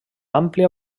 àmplia